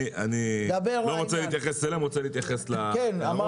אני לא רוצה להתייחס אליהם,